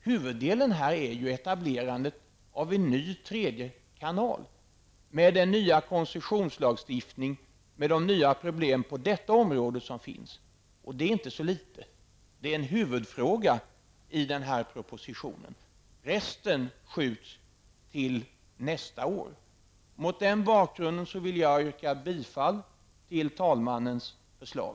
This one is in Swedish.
Huvuddelen här är ju etablerandet av en ny tredje kanal med den nya koncessionslagstiftningen och de problem som finns på detta område -- och det är inte så litet. Det är en huvudfråga i propositionen. Resten skjuts till nästa år. Mot denna bakgrund vill jag yrka bifall till talmannens förslag.